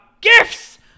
gifts